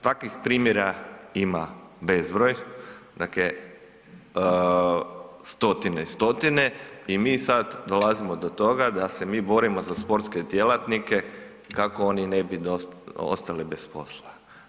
Takvih primjera ima bezbroj, dakle, stotine i stotine i mi sad dolazimo do toga da se mi borimo za sportske djelatnike kako oni ne bi ostali bez posla.